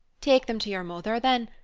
take them to your mother, then,